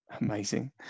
Amazing